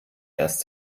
erst